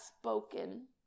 spoken